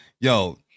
Yo